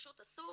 פשוט אסור.